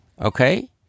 okay